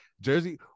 Jersey